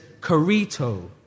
carito